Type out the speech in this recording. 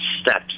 steps